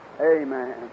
Amen